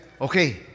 Okay